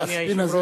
אדוני היושב-ראש,